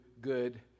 good